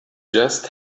just